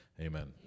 amen